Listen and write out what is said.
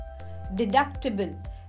Deductible